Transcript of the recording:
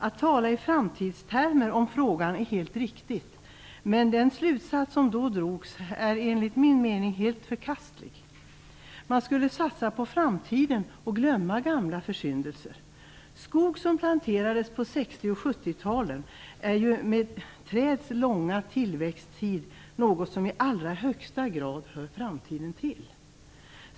Att tala i framtidstermer om den här frågan är helt riktigt, men den slutsats som då drogs är enligt min mening helt förkastlig. Man skulle satsa på framtiden och glömma gamla försyndelser. Skog som planterades på 60 och 70-talet hör i allra högsta grad framtiden till med tanke på trädets långa tillväxttid.